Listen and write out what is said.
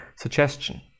suggestion